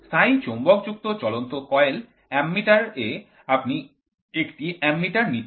স্থায়ী চৌম্বকযুক্ত চলন্ত কয়েল অ্যামিটার এ আপনি একটি অ্যামিটার নিচ্ছেন